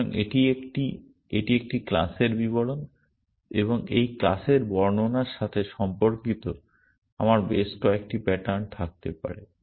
সুতরাং এটি একটি এটি একটি ক্লাসের বিবরণ এবং এই ক্লাসের বর্ণনার সাথে সম্পর্কিত আমার বেশ কয়েকটি প্যাটার্ন থাকতে পারে